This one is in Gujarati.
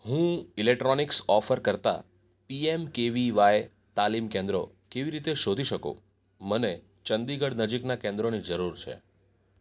હું ઇલેક્ટ્રોનિક્સ ઓફર કરતા પીએમ કેવીવાય તાલીમ કેન્દ્રો કેવી રીતે શોધી શકું મને ચંદીગઢ નજીકનાં કેન્દ્રોની જરૂર છે